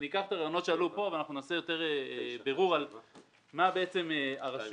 שניקח את הרעיונות שעלו כאן ונעשה יותר בירור על מה בעצם הרשויות